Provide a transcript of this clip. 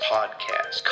Podcast